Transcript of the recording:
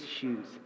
shoes